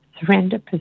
surrender